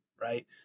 Right